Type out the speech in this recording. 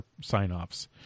sign-offs